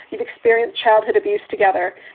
you've experienced childhood abuse together.